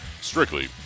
strictly